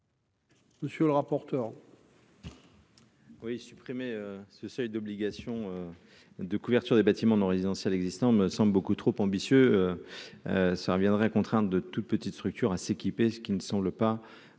Monsieur le rapporteur.